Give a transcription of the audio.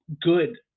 good